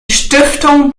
stiftung